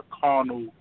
carnal